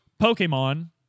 Pokemon